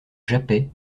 jappaient